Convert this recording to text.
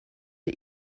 wir